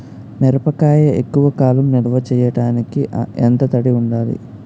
మిరపకాయ ఎక్కువ కాలం నిల్వ చేయటానికి ఎంత తడి ఉండాలి?